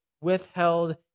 withheld